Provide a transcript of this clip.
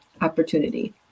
opportunity